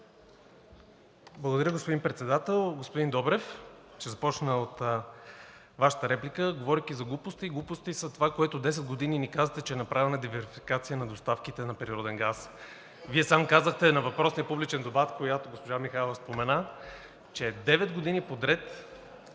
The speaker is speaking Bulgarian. Благодаря, господин Председател. Господин Добрев, ще започна от Вашата реплика, говорейки за глупости. Глупости са това, което 10 години ни казвате – че е направена диверсификация на доставките на природен газ. (Възгласи от ГЕРБ-СДС: „Еее!“) Вие сам казахте на въпросния публичен дебат, който госпожа Михайлова спомена, че девет години подред